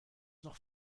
noch